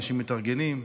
אנשים מתארגנים,